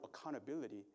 accountability